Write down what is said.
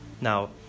Now